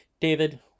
David